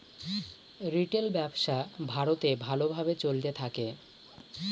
retail ব্যবসা ভারতে ভালো ভাবে চলতে থাকে